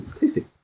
tasty